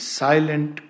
silent